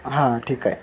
हां ठीक आहे